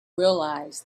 realise